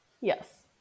Yes